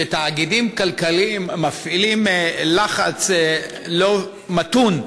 שתאגידים כלכליים מפעילים לחץ לא מתון,